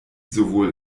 sowohl